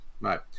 right